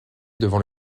devant